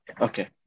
Okay